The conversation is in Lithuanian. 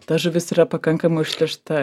ta žuvis yra pakankamai užteršta